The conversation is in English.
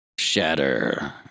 Shatter